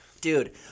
Dude